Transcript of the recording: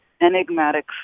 enigmatic